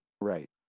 right